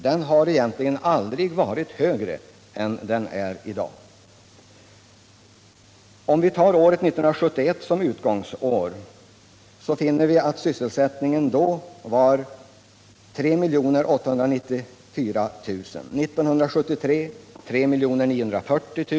Den har egentligen aldrig varit högre än den är i dag. Om vi tar 1971 som utgångsår, finner vi att antalet sysselsatta då uppgick till 3 894 000. 1973 till 3 940 000.